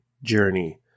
journey